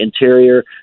interior